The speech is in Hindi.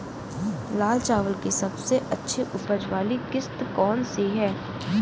लाल चावल की सबसे अच्छी उपज वाली किश्त कौन सी है?